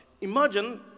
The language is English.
Imagine